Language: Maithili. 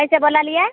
कैसे बोललियै